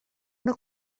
una